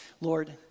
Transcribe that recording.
Lord